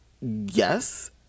Yes